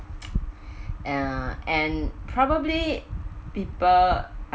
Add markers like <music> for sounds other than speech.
<noise> and uh probably people